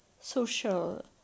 social